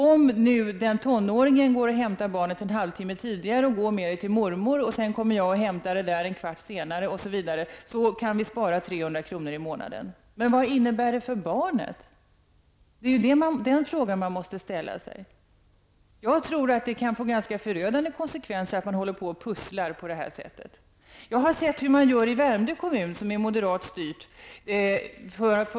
Om tonåringen hämtar barnet en halvtimme och går med det till mormor, och sedan kommer jag och hämtar det en kvart senare, så kan vi spara 300 kr. i månaden. Men vad innebär det för barnet? Det är ju den frågan man måste ställa sig. Jag tror att det kan få ganska förödande konsekvenser att man pusslar på det sättet. Jag har sett hur man gör i Värmdö kommun, som är moderat styrt.